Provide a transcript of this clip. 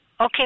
Okay